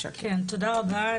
תודה רבה.